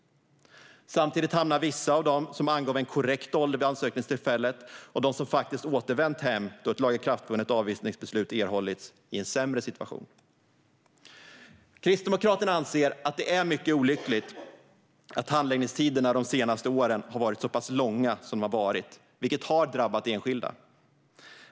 Samtidigt hamnar vissa av dem som angav en korrekt ålder vid ansökningstillfället och de som faktiskt återvänt hem då ett lagakraftvunnet avvisningsbeslut erhållits i en sämre situation. Kristdemokraterna anser att det är mycket olyckligt att handläggningstiderna de senaste åren har varit så pass långa som de har varit, vilket har drabbat enskilda.